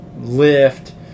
lift